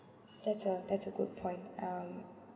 that's a that's a good point um